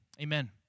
amen